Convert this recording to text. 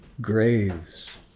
graves